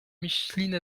micheline